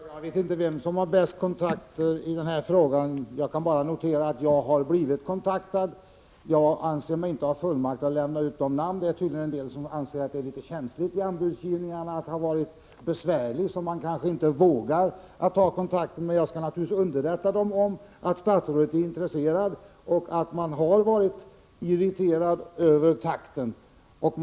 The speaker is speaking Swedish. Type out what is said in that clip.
Fru talman! Jag vet inte vem som har de bästa kontakterna i denna fråga. Jag har bara noterat att jag har blivit kontaktad. Jag anser mig inte ha fullmakt att lämna ut några namn. Det är tydligen en del som anser att det i anbudsgivningen är litet känsligt att ha varit ”besvärlig”, så de kanske inte vågar höra av sig till departementet. Men jag skall naturligtvis underrätta mina uppgiftslämnare om att statsrådet är intresserad av att få kontakt med dem. Man har inom industrin varit irriterad över takten i handläggningen.